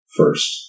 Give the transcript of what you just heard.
first